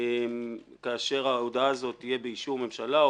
כאשר ההודעה הזאת תהיה באישור ממשלה,